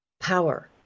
power